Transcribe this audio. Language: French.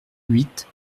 huit